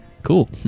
Cool